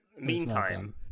meantime